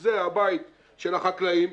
שזה הבית של החקלאים,